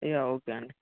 yeah okay అండి